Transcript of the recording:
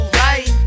right